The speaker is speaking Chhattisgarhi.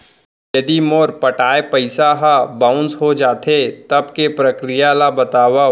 यदि मोर पटाय पइसा ह बाउंस हो जाथे, तब के प्रक्रिया ला बतावव